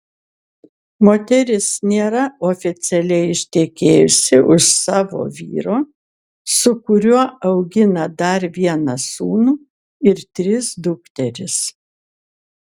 moteris nėra oficialiai ištekėjusi už savo vyro su kuriuo augina dar vieną sūnų ir tris dukteris